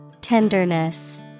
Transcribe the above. Tenderness